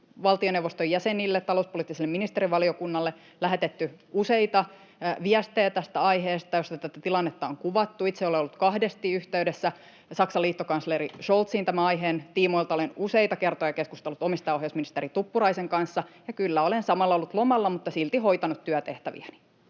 valtioneuvoston jäsenille, talouspoliittiselle ministerivaliokunnalle, lähetetty tästä aiheesta useita viestejä, joissa tätä tilannetta on kuvattu. Itse olen ollut kahdesti yhteydessä Saksan liittokansleri Scholziin tämän aiheen tiimoilta. Olen useita kertoja keskustellut omistajaohjausministeri Tuppuraisen kanssa, ja kyllä, olen samalla ollut lomalla, mutta silti hoitanut työtehtäviäni.